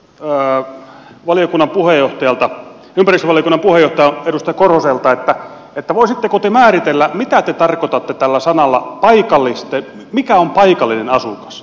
kysyn ympäristövaliokunnan puheenjohtaja liisa oli puhetta edusta kuin edustaja korhoselta voisitteko te määritellä mitä te tarkoitatte sillä sanalla mikä on paikallinen asukas